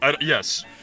Yes